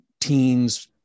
teens